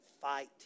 fight